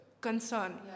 concern